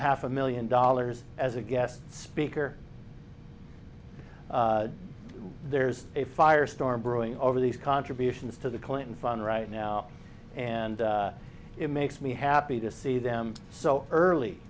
half a million dollars as a guest speaker there's a fire storm brewing over these contributions to the clinton fund right now and it makes me happy to see them so early